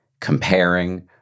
comparing